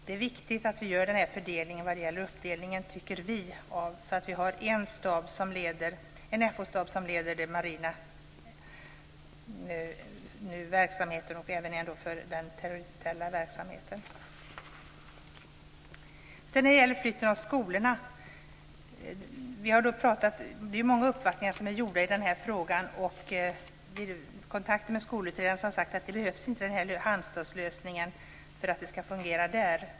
Det är viktigt att vi gör den här fördelningen vad gäller uppdelningen, tycker vi, så att vi har en FO-stab som leder den marina verksamheten och en som leder den territoriella verksamheten. När det gäller flytten av skolorna är det många olika uppfattningar. Vid kontakter med skolutredaren har han sagt att Halmstadslösningen inte behövs för att det skall fungera.